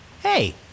Hey